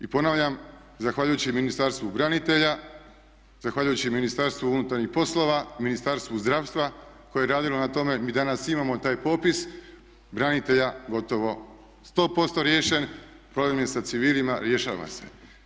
I ponavljam, zahvaljujući Ministarstvu branitelja, zahvaljujući Ministarstvu unutarnjih poslova, Ministarstvu zdravstva koje je radilo na tome mi danas imamo taj popis branitelja gotovo 100% riješen, problem je sa civilima, rješava se.